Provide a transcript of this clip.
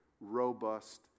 robust